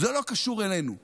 זה לא קשור אלינו,